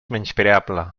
menyspreable